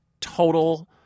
total